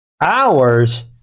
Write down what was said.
hours